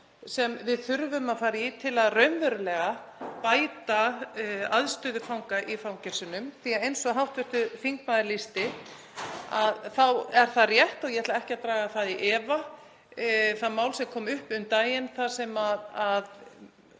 sem við þurfum að fara í til að raunverulega bæta aðstöðu fanga í fangelsunum. Eins og hv. þingmaður lýsti þá er það rétt og ég ætla ekki að draga það í efa, það mál sem kom upp um daginn, þar sem